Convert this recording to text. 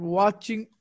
watching